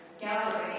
gallery